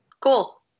Cool